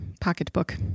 pocketbook